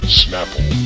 snapple